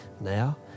Now